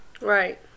right